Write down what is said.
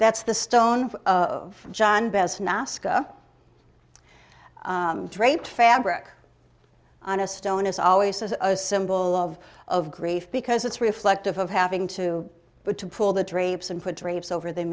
that's the stone of john best mascara draped fabric on a stone is always a symbol of of grief because it's reflective of having to but to pull the drapes and put drapes over the